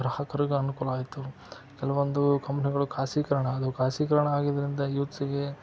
ಗ್ರಾಹಕರಿಗೂ ಅನುಕೂಲ ಆಯಿತು ಕೆಲವೊಂದು ಕಂಪ್ನಿಗಳು ಖಾಸಗೀಕರಣ ಆದವು ಖಾಸಗೀಕರಣ ಆಗಿದ್ದರಿಂದ ಯೂತ್ಸಿಗೆ